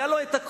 היה לו הכול,